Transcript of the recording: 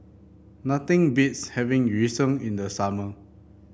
nothing beats having Yu Sheng in the summer